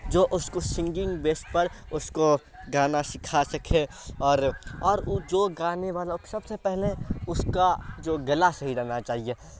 جو اس کو سنگنگ بیس پر اس کو گانا سکھا سکے اور اور وہ جو گانے والا وہ سب سے پہلے اس کا جو گلا صحیح رہنا چاہیے